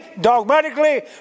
dogmatically